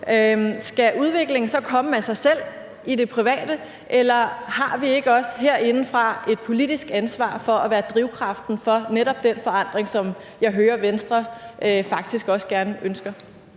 Skal udviklingen så komme af sig selv i det private? Eller har vi ikke også herindefra et politisk ansvar for at være drivkraften for netop den forandring, som jeg hører Venstre faktisk også gerne ønsker?